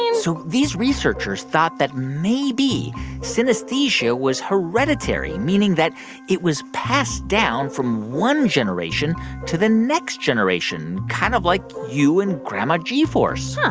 and so these researchers thought that maybe synesthesia was hereditary, meaning that it was passed down from one generation to the next generation, kind of like you and grandma g-force huh.